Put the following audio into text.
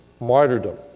martyrdom